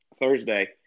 Thursday –